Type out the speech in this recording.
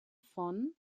von